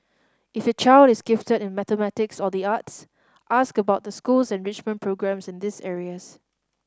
if your child is gifted in mathematics or the arts ask about the school's enrichment programmes in these areas